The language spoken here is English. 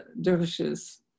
dervishes